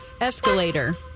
Escalator